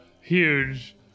huge